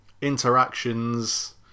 Interactions